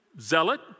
zealot